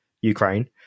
Ukraine